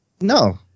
No